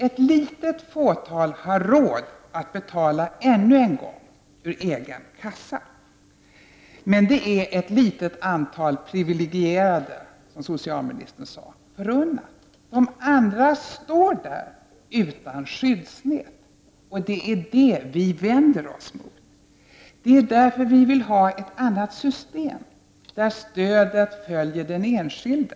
Ett litet fåtal har råd att betala ännu en gång ur egen kassa. Det är emellertid, som socialministern sade, ett litet antal privilegie rade förunnat. De andra står där utan skyddsnät. Det är detta vi vänder oss emot. Därför vill vi ha ett annat system där stödet följer den enskilde.